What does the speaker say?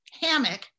hammock